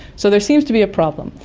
so there seems to be a problem.